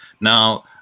now